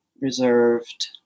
reserved